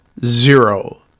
Zero